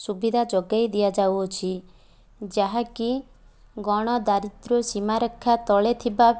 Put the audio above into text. ସୁବିଧା ଯୋଗାଇ ଦିଆଯାଉଅଛି ଯାହାକି ଗଣ ଦାରିଦ୍ର ସୀମା ରେଖା ତଳେ ଥିବା